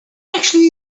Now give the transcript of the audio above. actually